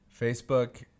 Facebook